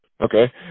Okay